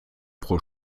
pro